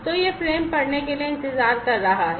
तो यह फ्रेम पढ़ने के लिए इंतजार कर रहा है